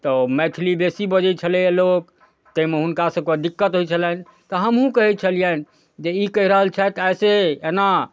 तऽ ओ मैथिली बेसी बजै छलैए लोक ताहिमे हुनकासभके दिक्कत होइ छलनि तऽ हमहूँ कहै छलिअनि जे ई कहि रहल छथि ऐसे एना